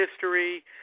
history